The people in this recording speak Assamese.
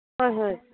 হয় হয়